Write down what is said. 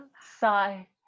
Sigh